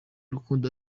rukundo